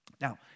Now